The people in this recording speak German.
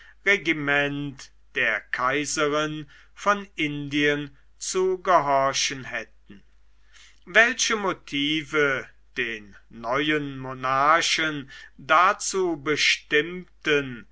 regiment der kaiserin von indien zu gehorchen hätten welche motive den neuen monarchen dazu bestimmten